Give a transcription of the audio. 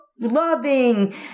loving